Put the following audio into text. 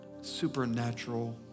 supernatural